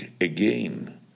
again